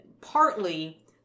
partly